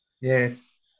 Yes